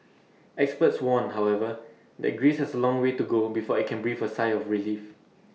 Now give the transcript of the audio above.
experts warn however that Greece has A long way to go before I can breathe A sigh of relief